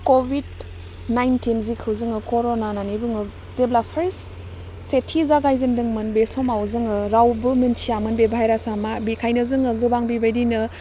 Covid nineteen जेखौ जोङो कर'ना होन्ना बुङो जेब्ला पार्स्ट सेथि जागायजेनदोंमोन बे समाव जोङो रावबो मिनथियामोन बे भाइरास आ मा बेखायनो जोङो गोबां बेबायदिनो